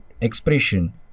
expression